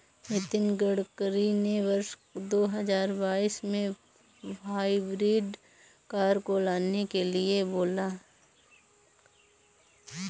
नितिन गडकरी ने वर्ष दो हजार बाईस में हाइब्रिड कार को लाने के लिए बोला